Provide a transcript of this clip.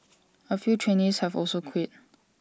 A few trainees have also quit